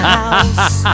house